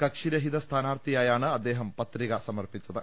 കക്ഷിരഹിത സ്ഥാനാർത്ഥിയാണ് അദ്ദേഹം പ്രത്രിക സമർപ്പിച്ചത്